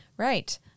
Right